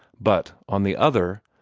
but, on the other